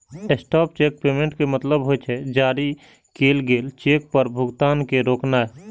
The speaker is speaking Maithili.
स्टॉप चेक पेमेंट के मतलब होइ छै, जारी कैल गेल चेक पर भुगतान के रोकनाय